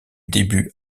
début